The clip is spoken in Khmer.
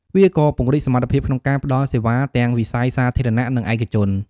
វាក៏ពង្រីកសមត្ថភាពក្នុងការផ្តល់សេវាទាំងវិស័យសាធារណៈនិងឯកជន។